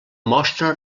mostra